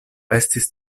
estis